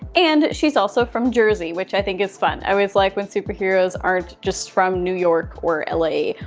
and she's also from jersey, which i think is fun. i always like when supeheroes aren't just from new york or l a.